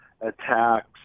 attacks